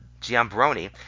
Giambroni